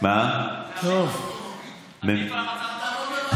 אוטונומית אולי אפשר לעשות.